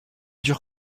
dure